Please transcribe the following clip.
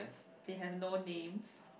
they have no names